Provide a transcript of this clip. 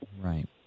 Right